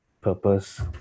purpose